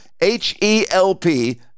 H-E-L-P